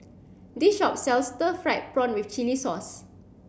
this shop sells stir fried prawn with chili sauce